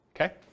okay